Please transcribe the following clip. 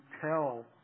tell